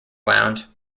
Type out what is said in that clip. wound